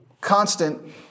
constant